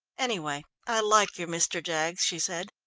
anyway, i like your mr. jaggs, she said.